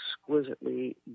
exquisitely